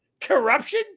corruption